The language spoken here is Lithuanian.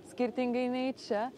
skirtingai nei čia